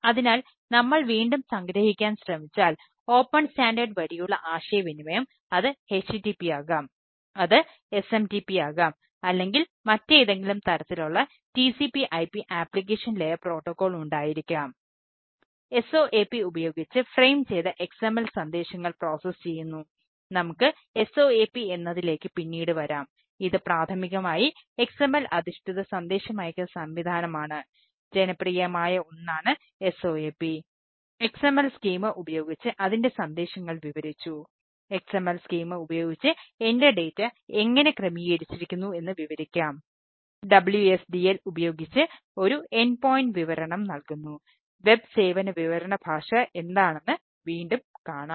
അതിനാൽ നമ്മൾ വീണ്ടും സംഗ്രഹിക്കാൻ ശ്രമിച്ചാൽ ഓപ്പൺ സ്റ്റാൻഡേർഡ് സേവന വിവരണ ഭാഷ എന്താണെന്ന് വീണ്ടും കാണാം